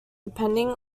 depending